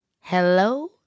Hello